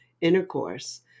intercourse